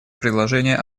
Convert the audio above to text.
предложения